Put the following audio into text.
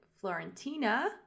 Florentina